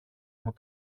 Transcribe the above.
μου